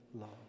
love